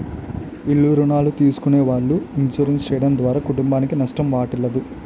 ఇల్ల రుణాలు తీసుకునే వాళ్ళు ఇన్సూరెన్స్ చేయడం ద్వారా కుటుంబానికి నష్టం వాటిల్లదు